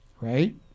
right